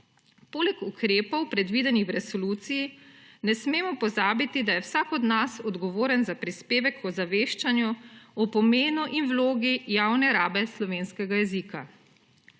Poleg ukrepov predvidenih v resoluciji ne smemo pozabiti, da je vsak od nas odgovoren za prispevek k ozaveščanju o pomenu in vlogi javne rabe slovenskega jezika.